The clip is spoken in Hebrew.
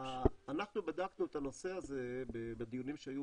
אנחנו בדקנו את הנושא הזה בדיונים שהיו